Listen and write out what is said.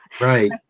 Right